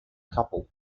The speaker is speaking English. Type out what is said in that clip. couple